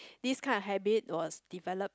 this kind of habit was developed